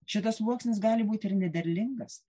šitas sluoksnis gali būti ir nederlingas